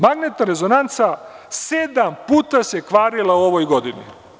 Magnetna rezonanca sedam puta se kvarila u ovoj godini.